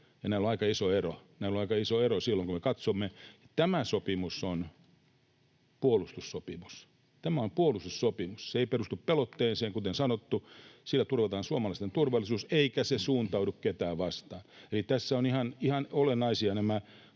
— näillä on aika iso ero silloin, kun me katsomme. Tämä sopimus on puolustussopimus. Tämä on puolustussopimus, ja se ei perustu pelotteeseen, kuten sanottu. Sillä turvataan suomalaisten turvallisuus, eikä se suuntaudu ketään vastaan. Eli tässä ovat ihan olennaisia nämä